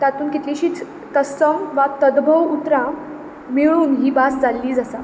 तातूंत कितलींशींच तत्सम वा तद्भव उतरां मेळून ही भास जाल्ली आसा